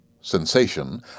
sensation